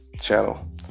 channel